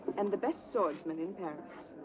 and the best swordsman in paris.